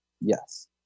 Yes